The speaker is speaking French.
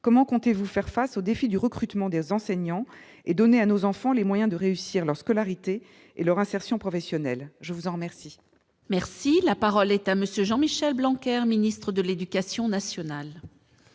comment comptez-vous faire face aux défis du recrutement des enseignants et donner à nos enfants les moyens de réussir leur scolarité et leur insertion professionnelle, je vous en remercie. Merci, la parole est à monsieur Jean Michel Blanc Ministre de l'Éducation nationale.